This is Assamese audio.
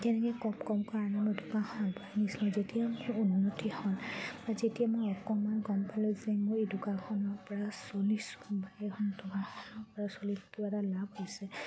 কেনেকৈ কম কমকৈ আনিবলগা হয় যেতিয়া মুঠেই কম যেতিয়া মই অকমান গম পালোঁ যে মই এই দোকানখনৰপৰা চলিছোঁ দোকানখনৰপৰা চলি লাভ হৈছে